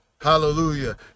Hallelujah